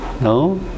No